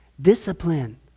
discipline